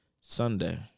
Sunday